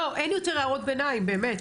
לא, לא, אין יותר הערות ביניים באמת,